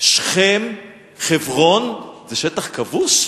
שכם, חברון זה שטח כבוש?